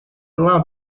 allowed